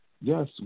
yes